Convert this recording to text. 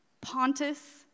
Pontus